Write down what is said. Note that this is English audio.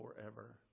forever